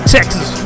Texas